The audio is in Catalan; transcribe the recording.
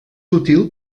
útil